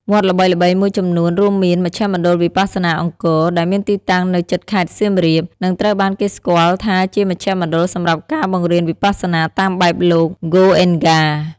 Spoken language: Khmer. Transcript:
វត្តល្បីៗមួយចំនួនរួមមាន មជ្ឈមណ្ឌលវិបស្សនាអង្គរ ដែលមានទីតាំងនៅជិតខេត្តសៀមរាប និងត្រូវបានគេស្គាល់ថាជាមជ្ឈមណ្ឌលសម្រាប់ការបង្រៀនវិបស្សនាតាមបែបលោក ហ្គោអ៊េនកា ។